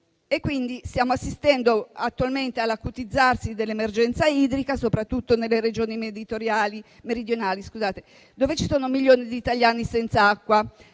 assistendo all'acutizzarsi dell'emergenza idrica, soprattutto nelle Regioni meridionali, dove ci sono milioni di italiani senza acqua.